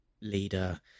leader